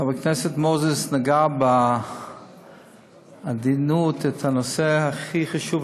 חבר הכנסת מוזס נגע בעדינות בנושא הכי חשוב,